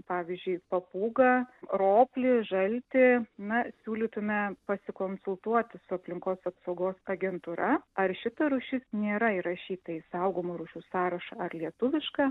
pavyzdžiui papūgą roplį žaltį na siūlytume pasikonsultuoti su aplinkos apsaugos agentūra ar šita rūšis nėra įrašyta į saugomų rūšių sąrašą ar lietuvišką